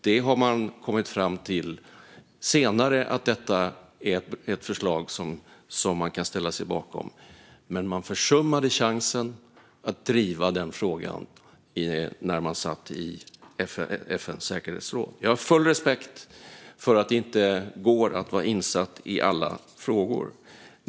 Man har senare kommit fram till att detta är ett förslag som man kan ställa sig bakom. Men man försummade chansen att driva frågan när man satt i FN:s säkerhetsråd. Jag har full respekt för att det inte går att vara insatt i alla frågor.